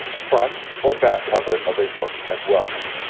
front, or back cover of a book as well.